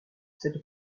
cette